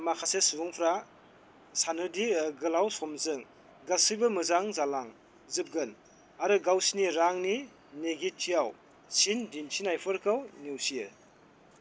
माखासे सुबुंफोरा सानोदि गोलाव समजों गासैबो मोजां जालां जोबगोन आरो गावसिनि रांनि निगेथिव सिन दिन्थिनायफोरखौ नेवसियो